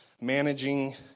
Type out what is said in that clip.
managing